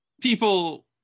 people